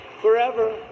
forever